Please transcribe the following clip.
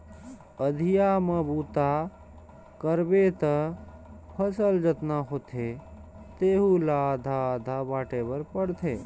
अधिया म बूता करबे त फसल जतना होथे तेहू ला आधा आधा बांटे बर पड़थे